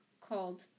called